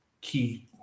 key